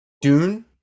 Dune